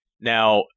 Now